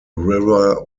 river